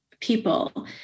people